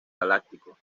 galáctico